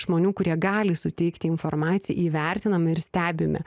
žmonių kurie gali suteikti informaciją įvertinam ir stebime